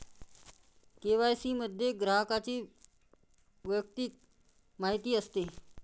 KYC मध्ये ग्राहकाची वैयक्तिक माहिती असते